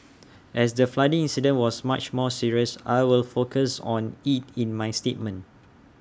as the flooding incident was much more serious I will focus on IT in my statement